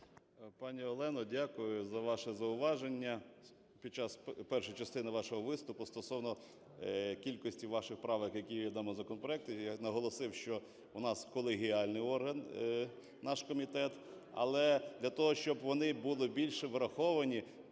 Пані Олено, дякую за ваше зауваження під час першої частини вашого виступу стосовно кількості ваших правок, які подано до законопроекту. Я наголосив, що у нас колегіальний орган, наш комітет, але для того, щоб вони були більше враховані,